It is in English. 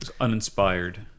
uninspired